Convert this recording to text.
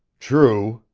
true,